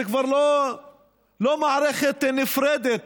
זה כבר לא מערכת נפרדת,